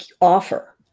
offer